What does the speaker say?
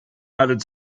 added